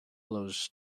blows